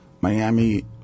Miami